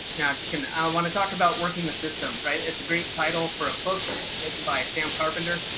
now. just kidding. i want to talk about working the system, right. it's a great title for a book written by sam carpenter.